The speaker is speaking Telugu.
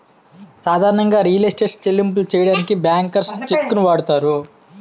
సాధారణంగా రియల్ ఎస్టేట్ చెల్లింపులు సెయ్యడానికి బ్యాంకర్స్ చెక్కుని వాడతారు